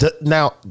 now